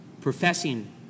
professing